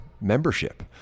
membership